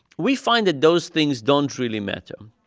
we find that those things don't really matter.